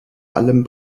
allem